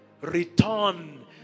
return